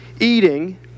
eating